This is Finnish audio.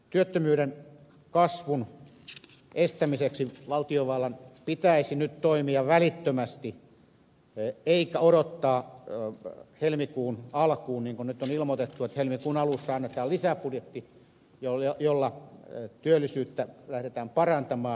työttömyyden kasvun estämiseksi valtiovallan pitäisi nyt toimia välittömästi eikä odottaa helmikuun alkuun niin kuin nyt on ilmoitettu että helmikuun alussa annetaan lisäbudjetti jolla työllisyyttä lähdetään parantamaan